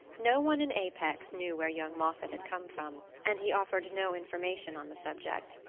no one in apex knew where young moffatt had come from, and he offered no information on the subject.